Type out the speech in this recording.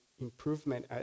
improvement